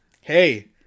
hey